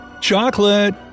chocolate